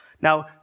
Now